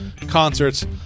concerts